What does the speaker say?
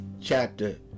chapter